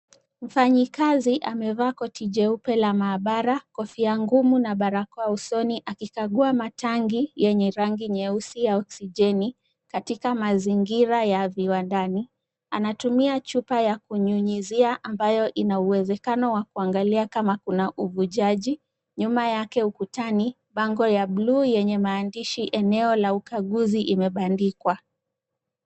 Mfanyakazi amevaa koti jeupe la mahabara, kofia ngumu na barakoa usoni akikagua matangi yenye rangi nyeusi ya oksijeni katika mazingira ya viwandani . Anatumia chupa ya kunyunyuzia ambayo ina uwezekano wa kuangalia kama kuna uvujaji. Nyuma yake ukutani bango ya bluu yenye maandishi eneo la ukaguzi imebandikwa.